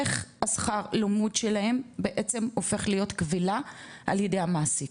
איך השכר לימוד שלהם בעצם הופך להיות כבילה על ידי המעסיק,